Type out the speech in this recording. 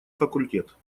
факультет